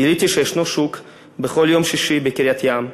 גיליתי שישנו שוק בכל יום שישי בקריית-ים,